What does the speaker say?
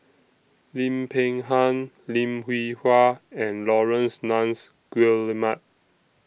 Lim Peng Han Lim Hwee Hua and Laurence Nunns Guillemard